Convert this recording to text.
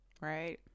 right